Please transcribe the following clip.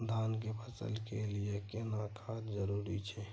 धान के फसल के लिये केना खाद जरूरी छै?